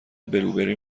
بلوبری